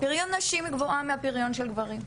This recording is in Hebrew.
פריון נשים גבוה מהפריון של גברים,